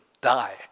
die